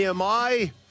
AMI